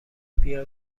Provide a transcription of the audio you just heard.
بیا